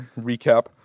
recap